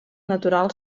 natural